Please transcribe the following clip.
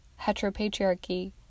heteropatriarchy